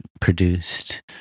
produced